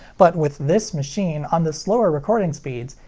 but with this machine, on the slower recording speeds,